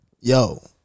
Yo